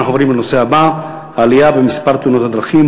אנחנו עוברים לנושא הבא: העלייה במספר תאונות הדרכים,